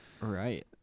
Right